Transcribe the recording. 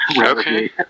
Okay